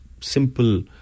simple